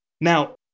Now